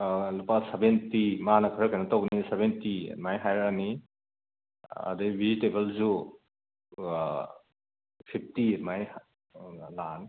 ꯂꯨꯄꯥ ꯁꯕꯦꯟꯇꯤ ꯃꯥꯅ ꯈꯔ ꯀꯩꯅꯣ ꯇꯧꯕꯅꯤꯅ ꯁꯕꯦꯟꯇꯤ ꯑꯗꯨꯃꯥꯏ ꯍꯥꯏꯔꯛꯑꯅꯤ ꯑꯗꯩ ꯚꯦꯖꯤꯇꯦꯕꯜꯖꯨ ꯐꯤꯞꯇꯤ ꯑꯗꯨꯃꯥꯏ ꯂꯥꯛꯑꯅꯤ